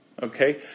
okay